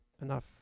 enough